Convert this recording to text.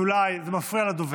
ואזולאי, זה מפריע לדוברת.